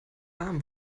warm